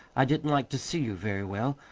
i didn't like to see you very well,